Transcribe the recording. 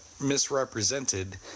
misrepresented